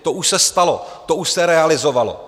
To už se stalo, to už se realizovalo.